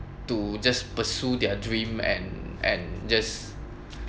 to just pursue their dream and and just